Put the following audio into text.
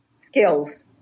skills